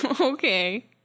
Okay